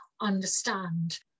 understand